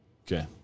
Okay